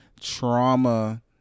trauma